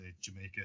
Jamaica